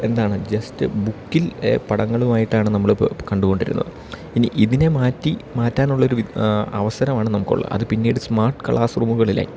എന്താണ് ജെസ്റ്റ് ബുക്കിൽ പടങ്ങളുമായിട്ടാണ് നമ്മൾ ഇപ്പോൾ കണ്ടുകൊണ്ടിരുന്നത് ഇനി ഇതിനെ മാറ്റി മാറ്റാനുള്ളൊരു അവസരമാണ് നമുക്ക് ഉള്ള അത് പിന്നീട് സ്മാർട്ട് ക്ലാസ് റൂമുകളിലായി